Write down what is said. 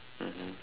mmhmm